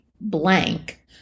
blank